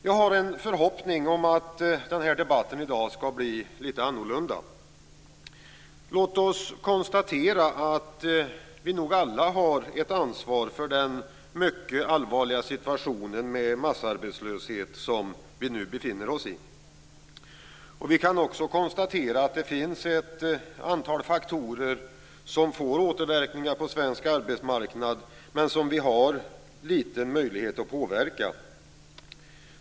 Jag har en förhoppning om att debatten här i dag skall bli litet annorlunda. Låt oss konstatera att vi nog alla har ett ansvar för den mycket allvarliga situation med massarbetslöshet som vi nu befinner oss i. Vi kan också konstatera att det finns ett antal faktorer som får återverkningar på svensk arbetsmarknad men som vi har liten möjlighet att påverka.